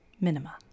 Minima